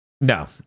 No